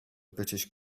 british